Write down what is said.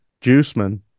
Juiceman